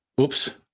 Oops